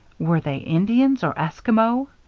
were they indians or esquimaux?